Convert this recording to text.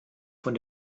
von